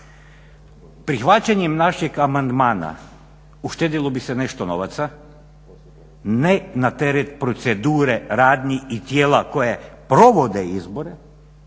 Prihvaćanjem našeg amandmana uštedjelo bi se nešto novaca, ne na teret procedure radnji i tijela koja provode izbore